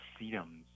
sedums